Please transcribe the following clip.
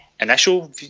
Initial